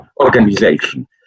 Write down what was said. organization